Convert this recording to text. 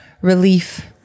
relief